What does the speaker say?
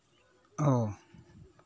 ᱚ